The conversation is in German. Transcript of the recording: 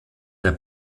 der